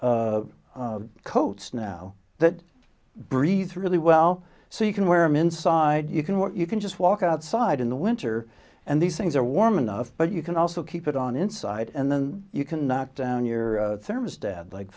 coats now that breathes really well so you can wear i'm inside you can what you can just walk outside in the winter and these things are warm enough but you can also keep it on inside and then you can knock down your service dead like